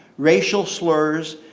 racial slurs,